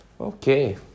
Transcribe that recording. Okay